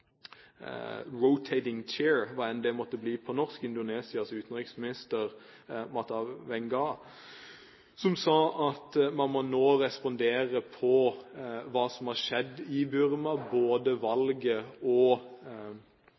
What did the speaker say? måtte bli på norsk – Indonesias utenriksminister Natalegawa, som sa at man nå må respondere på det som har skjedd i Burma, både på valget og